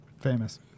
Famous